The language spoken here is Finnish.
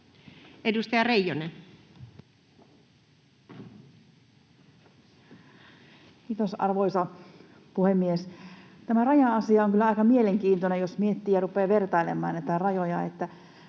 Edustaja Reijonen. Kiitos, arvoisa puhemies! Tämä raja-asia on kyllä aika mielenkiintoinen, jos miettii ja rupeaa vertailemaan näitä rajoja.